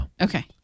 Okay